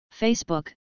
Facebook